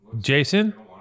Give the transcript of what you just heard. Jason